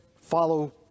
follow